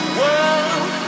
world